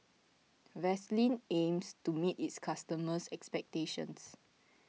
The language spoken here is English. Vaselin aims to meet its customers' expectations